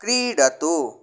क्रीडतु